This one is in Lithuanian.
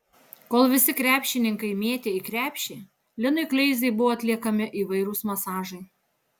kol visi krepšininkai mėtė į krepšį linui kleizai buvo atliekami įvairūs masažai